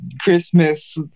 Christmas